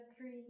three